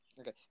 Okay